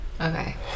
Okay